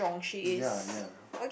ya ya